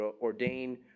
ordain